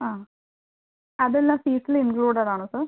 ആ അത് എല്ലാം ഫീസിൽ ഇൻക്ലൂഡഡ് ആണോ സർ